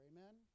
Amen